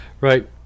Right